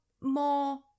more